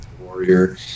warrior